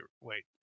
wait